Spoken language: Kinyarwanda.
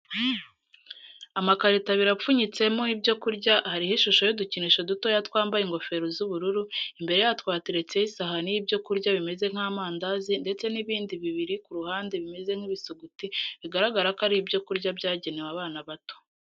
Amakarito abiri apfunyitsemo ibyo kurya hariho ishusho y'udukinisho dutoya twambaye ingofero z'ubururu, imbere yatwo hateretse isahani y'ibyo kurya bimeze nk'amandazi ndetese n'ibindi biri ku ruhande bimeze nk'ibisuguti, bigaragara ko ari ibyo kurya byagenewe abana bato.